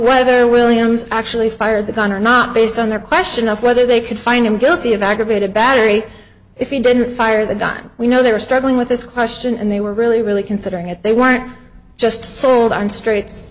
whether williams actually fired the gun or not based on their question of whether they could find him guilty of aggravated battery if he didn't fire the dime we know they were struggling with this question and they were really really considering it they weren't just sold on str